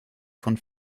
von